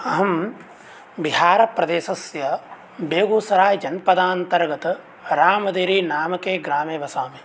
अहं बिहारप्रदेशस्य बेगुसराय्जनपदान्तर्गतरामदिरीनामके ग्रामे वसामि